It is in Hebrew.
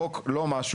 חוק לא משהו,